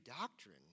doctrine